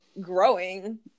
growing